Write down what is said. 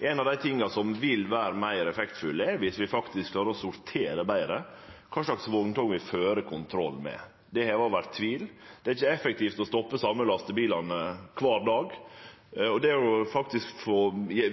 Ein av dei tinga som vil vere meir effektfull, er om vi klarer å sortere betre kva slags vogntog vi fører kontroll med. Det er heva over tvil. Det er ikkje effektivt å stoppe dei same lastebilane kvar dag. Ved